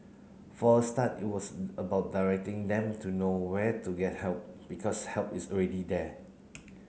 for a start it was about directing them to know where to get help because help is already there